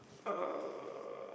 uh